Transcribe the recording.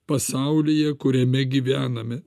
pasaulyje kuriame gyvename